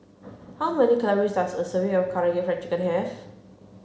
how many calories does a serving of Karaage Fried Chicken have